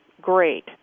great